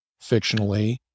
fictionally